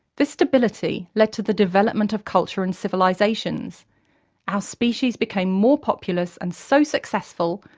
this stability led to the development of culture and civilizations our species became more populous and so successful,